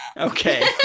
Okay